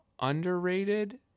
underrated